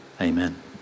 amen